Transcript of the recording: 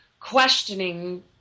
questioning